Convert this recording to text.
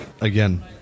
again